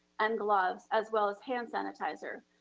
and gloves, as well as hand sanitizer.